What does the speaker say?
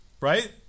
Right